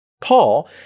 Paul